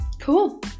Cool